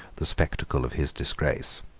the spectacle of his disgrace.